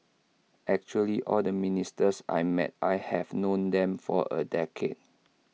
actually all the ministers I met I have known them for A decade